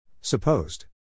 Supposed